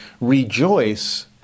rejoice